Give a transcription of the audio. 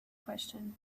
question